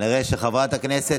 כנראה חברת הכנסת